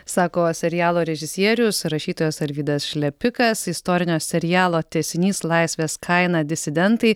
sako serialo režisierius rašytojas alvydas šlepikas istorinio serialo tęsinys laisvės kaina disidentai